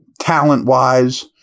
talent-wise